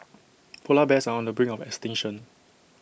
Polar Bears are on the brink of extinction